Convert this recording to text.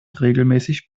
regelmäßig